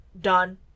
done